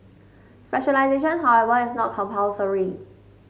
specialisation however is not compulsory